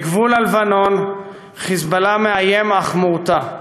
בגבול הלבנון "חיזבאללה" מאיים אך מורתע.